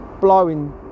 blowing